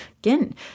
Again